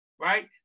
right